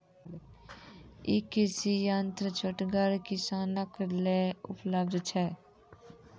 ई कृषि यंत्र छोटगर किसानक लेल उपलव्ध छै?